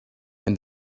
and